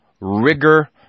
rigor